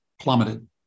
plummeted